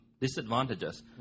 disadvantages